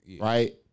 right